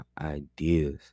ideas